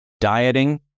dieting